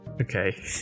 Okay